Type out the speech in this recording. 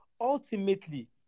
ultimately